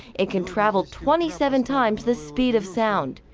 it can travel twenty seven times the speed of sound.